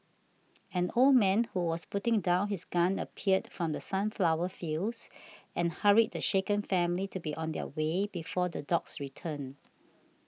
an old man who was putting down his gun appeared from the sunflower fields and hurried the shaken family to be on their way before the dogs return